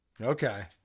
Okay